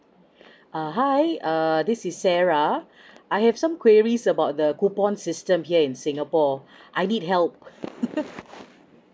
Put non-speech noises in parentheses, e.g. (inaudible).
uh hi err this is sarah I have some queries about the coupon system here in singapore I need help (laughs)